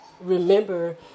remember